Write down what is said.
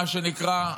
מה שנקרא,